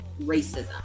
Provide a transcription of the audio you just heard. racism